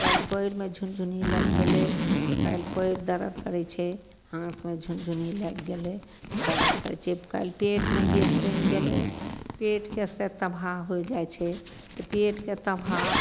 काल्हि पयरमे झुनझुनी लागि गेलय काल्हि पयर दर्द करय छै हाथमे झुनझुनी लागि गेलय दर्द करय छै काल्हि पेटमे गैस बनि गेलय पेटके से तबाह होइ जाइ छै तऽ पेटके तबाह